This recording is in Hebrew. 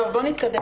בוא נתקדם.